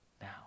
now